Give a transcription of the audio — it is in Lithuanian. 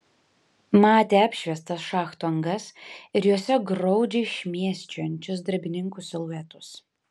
matė apšviestas šachtų angas ir jose graudžiai šmėsčiojančius darbininkų siluetus